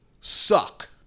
suck